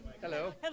Hello